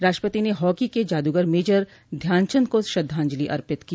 राष्ट्रपति ने हॉकी के जादूगर मेजर ध्यानचंद को श्रद्वांजलि अर्पित की